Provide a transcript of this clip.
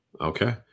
Okay